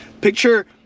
picture